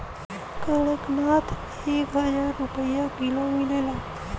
कड़कनाथ एक हजार रुपिया किलो मिलेला